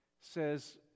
says